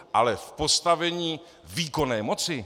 Ale v postavení výkonné moci.